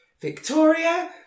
Victoria